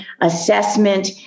assessment